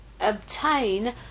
obtain